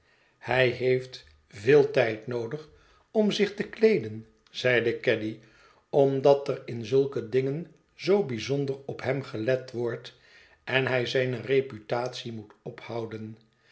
hij heeft veel tijd noodig om zich te kleeden zeide caddy omdat er in zulke dingen zoo bijzonder op hem gelet wordt en hij zijne reputatie moet ophouden